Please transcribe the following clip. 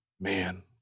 Man